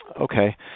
Okay